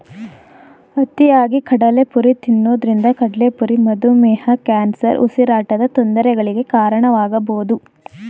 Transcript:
ಅತಿಯಾಗಿ ಕಡಲೆಪುರಿ ತಿನ್ನೋದ್ರಿಂದ ಕಡ್ಲೆಪುರಿ ಮಧುಮೇಹ, ಕ್ಯಾನ್ಸರ್, ಉಸಿರಾಟದ ತೊಂದರೆಗಳಿಗೆ ಕಾರಣವಾಗಬೋದು